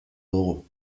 dugu